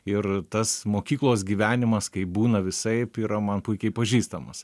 ir tas mokyklos gyvenimas kai būna visaip yra man puikiai pažįstamas